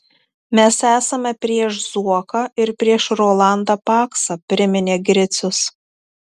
mes esame prieš zuoką ir prieš rolandą paksą priminė gricius